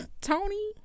Tony